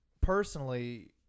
personally